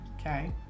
okay